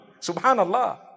Subhanallah